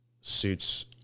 suits